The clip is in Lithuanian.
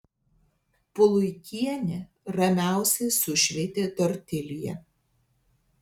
puluikienė ramiausiai sušveitė tortilją